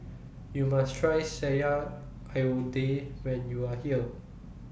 YOU must Try Sayur Lodeh when YOU Are here